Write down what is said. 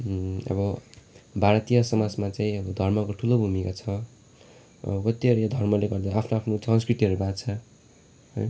अब भारतीय समाजमा चाहिँ अब धर्मको ठुलो भूमिका छ कतिवटा यो धर्मले गर्दा आफ्नो आफ्नो संस्कृतिहरू बाँच्छ है